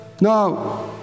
No